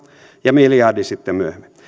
ja miljardi sitten myöhemmin